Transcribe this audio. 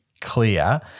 clear